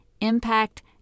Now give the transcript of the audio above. Impact